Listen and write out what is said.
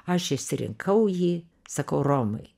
aš išsirinkau jį sakau romai